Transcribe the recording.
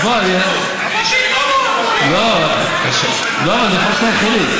אז מה, לא, בנושא של המחירים,